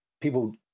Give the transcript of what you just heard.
people